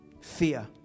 Fear